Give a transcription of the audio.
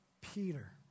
Peter